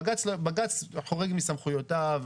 בג"ץ חורג מסמכויותיו.